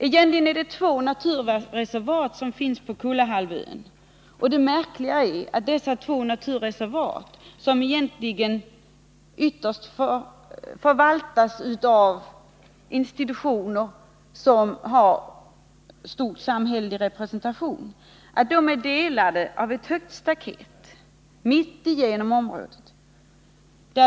Egentligen finns det två reservat på Kullahalvön, och det märkliga är att dessa två reservat som ytterst förvaltas av institutioner med stor samhällelig representation är delade genom ett högt staket som går mitt igenom området.